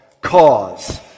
cause